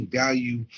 value